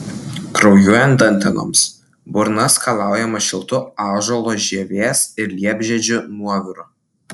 kraujuojant dantenoms burna skalaujama šiltu ąžuolo žievės ir liepžiedžių nuoviru